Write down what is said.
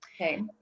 Okay